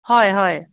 হয় হয়